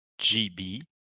GB